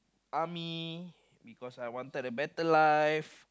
army because I wanted a better life